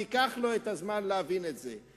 וייקח לו זמן להבין את זה.